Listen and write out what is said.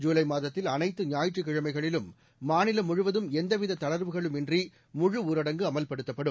ஜூலை மாதத்தில் அனைத்து ஞாயிற்றுக்கிழமைகளிலும் மாநிலம் முழுவதும் எந்தவித தளர்வுகளும் இன்றி முழு ஊரடங்கு அமல்படுத்தப்படும்